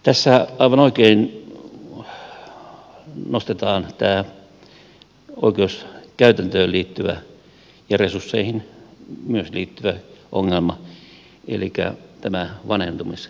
tässä aivan oikein nostetaan tämä oikeuskäytäntöön ja myös resursseihin liittyvä ongelma elikkä tämä vanhentumisaika